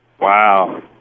Wow